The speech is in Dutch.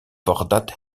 voordat